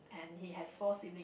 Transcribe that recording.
and he has four siblings